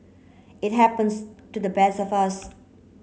it happens to the best of us